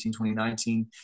2019